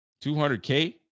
200K